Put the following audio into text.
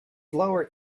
lower